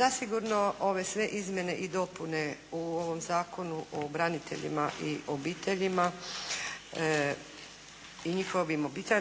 Zasigurno ove sve izmjene i dopune u ovom Zakonu o braniteljima i obiteljima